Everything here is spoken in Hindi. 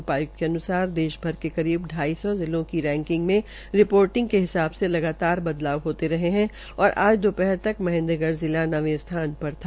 उपायुक्त के अनुसार देश भर के करीब ढाई सौ जिले की रैकिंग में रिपोटिंग के हिसाब से लगातार बदलाव होते रहे है और आज दोपहर तक महेन्द्रगढ़ जिला नवे स्थान पर था